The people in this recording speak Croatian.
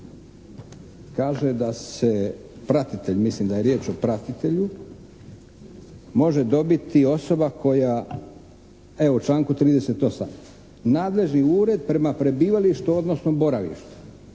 kaže da se pratitelj mislim da je riječ o pratitelju može dobiti osoba koja evo u članku 38. “Nadležni ured prema prebivalištu odnosno boravištu“.